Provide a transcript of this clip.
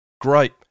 Great